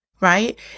right